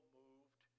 moved